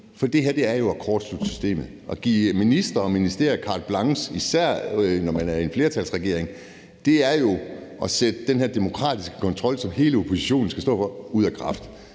For det her er jo at kortslutte systemet. At give ministre og ministerier carte blanche, især når man er en flertalsregering, er jo at sætte den her demokratiske kontrol, som hele oppositionen skal stå for, ud af kraft.